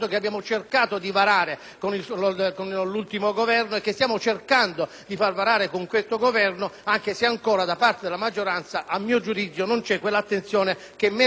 a quello attuale (anche se ancora, da parte della maggioranza, a mio giudizio, non c'è quell'attenzione che meriterebbe una riforma di tal genere nel settore giudiziario). Questa banca dati,